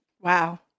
Wow